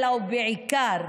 אלא, ובעיקר,